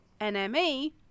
NME